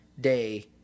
day